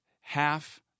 half